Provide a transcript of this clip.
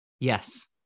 Yes